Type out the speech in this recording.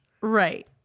Right